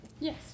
Yes